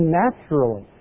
naturally